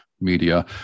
media